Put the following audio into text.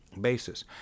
basis